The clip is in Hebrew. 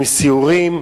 עם סיורים,